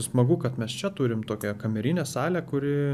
smagu kad mes čia turim tokią kamerinę salę kuri